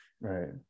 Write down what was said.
Right